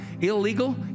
illegal